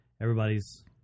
everybody's